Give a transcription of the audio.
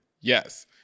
Yes